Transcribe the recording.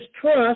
trust